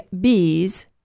bees